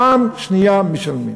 פעם שנייה משלמים.